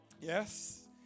Yes